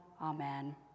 Amen